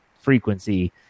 frequency